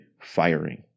firing